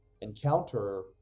encounter